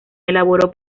elaboró